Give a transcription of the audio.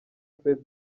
fred